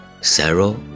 Sarah